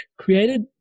created